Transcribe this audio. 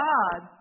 God